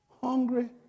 hungry